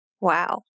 Wow